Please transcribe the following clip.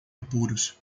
apuros